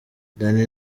danny